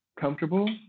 comfortable